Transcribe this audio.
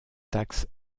taxes